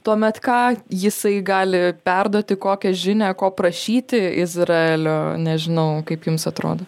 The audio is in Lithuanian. tuomet ką jisai gali perduoti kokią žinią ko prašyti izraelio nežinau kaip jums atrodo